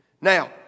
Now